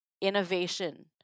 innovation